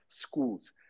schools